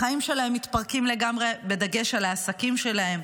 החיים שלהם מתפרקים לגמרי, בדגש על העסקים שלהם,